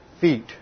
feet